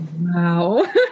wow